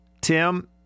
Tim